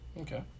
Okay